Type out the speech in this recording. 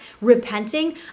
repenting